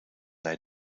they